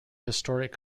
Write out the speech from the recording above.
historic